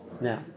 Now